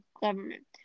Government